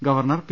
governor P